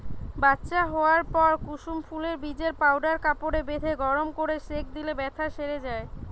বাচ্চা হোয়ার পর কুসুম ফুলের বীজের পাউডার কাপড়ে বেঁধে গরম কোরে সেঁক দিলে বেথ্যা সেরে যায়